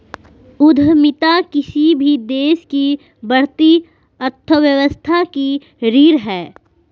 उद्यमिता किसी भी देश की बढ़ती अर्थव्यवस्था की रीढ़ है